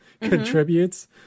contributes